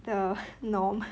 the norm